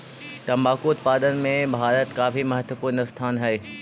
तंबाकू उत्पादन में भारत का भी महत्वपूर्ण स्थान हई